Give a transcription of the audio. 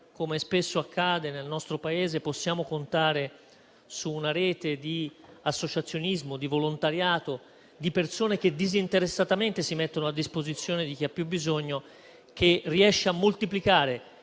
Come spesso accade, nel nostro Paese possiamo contare su una rete di associazionismo, di volontariato, di persone che disinteressatamente si mettono a disposizione di chi ha più bisogno, che riesce a moltiplicare